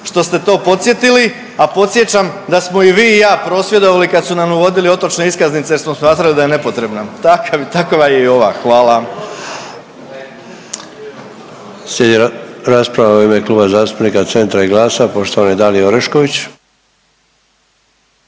što ste to podsjetili, a podsjećam da smo i vi i ja prosvjedovali kad su nam uvodili otočne iskaznice jer smo smatrali da je nepotrebna, takva je i ova. Hvala.